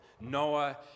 Noah